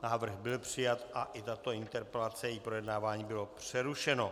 Návrh byl přijat a i tato interpelace, její projednávání bylo přerušeno.